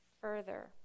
further